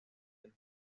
del